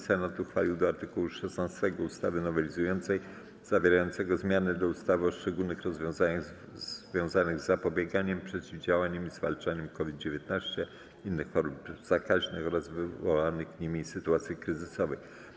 Senat uchwalił do art. 16 ustawy nowelizującej zawierającego zmiany do ustawy o szczególnych rozwiązaniach związanych z zapobieganiem, przeciwdziałaniem i zwalczaniem COVID-19, innych chorób zakaźnych oraz wywołanych nimi sytuacji kryzysowych.